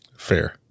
fair